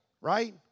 right